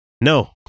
No